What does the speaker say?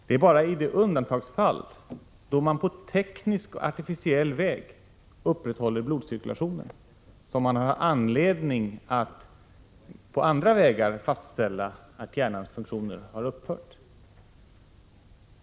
Det är bara i det undantagsfall då man på teknisk och artificiell väg upprätthåller blodcirkulationen som det finns anledning att på andra vägar fastställa att hjärnans funktioner har upphört.